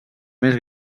més